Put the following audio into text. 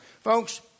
Folks